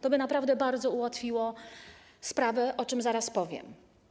To naprawdę bardzo by ułatwiło sprawę, o czym zaraz powiem.